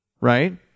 Right